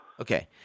Okay